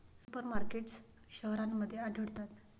super markets शहरांमध्ये आढळतात